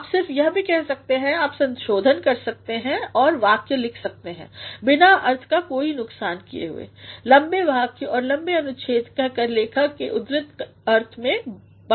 आप सिर्फ यह कर सकते हैं आप संशोधन कर सकते हैं और वाक्य लिख सकते हैं बिना अर्थ का कोई नुकसान हुए लम्बे वाक्य और लम्बे अनुच्छेदकह कर लेखक के उद्दिष्ट अर्थ में बढ़ा आती है